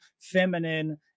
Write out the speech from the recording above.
feminine